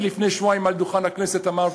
לפני שבועיים, מעל דוכן הכנסת, אמרתי: